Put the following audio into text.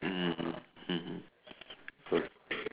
mm mmhmm